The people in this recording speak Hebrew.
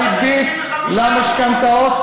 הריבית למשכנתאות,